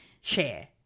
Share